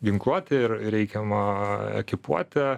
ginkluote ir reikiama ekipuote